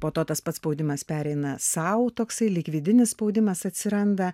po to tas paspaudimas pereina sau toksai lyg vidinis spaudimas atsiranda